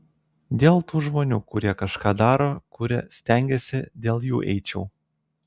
dėl tų žmonių kurie kažką daro kuria stengiasi dėl jų eičiau